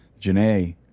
Janae